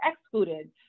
excluded